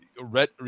Red